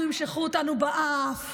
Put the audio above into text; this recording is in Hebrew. אנחנו, ימשכו אותנו באף.